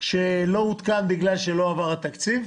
שלא עודכן בגלל שלא עבר התקציב.